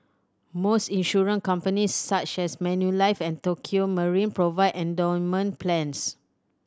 most insurance companies such as Manulife and Tokio Marine provide endowment plans